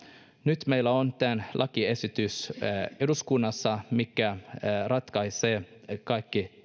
nyt meillä on eduskunnassa tämä lakiesitys mikä ratkaisee kaikki